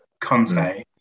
Conte